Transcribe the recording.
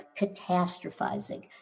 catastrophizing